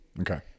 Okay